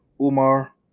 Umar